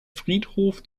friedhof